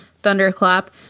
thunderclap